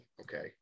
okay